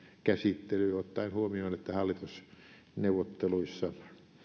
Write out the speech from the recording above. käsittely ottaen huomioon että hallitusneuvotteluissa